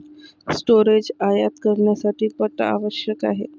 storage आयात करण्यासाठी पथ आवश्यक आहे